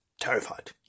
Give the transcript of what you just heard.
terrified